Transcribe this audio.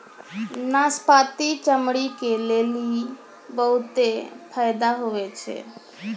नाशपती चमड़ी के लेली बहुते फैदा हुवै छै